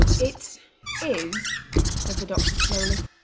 it is said the doctor slowly,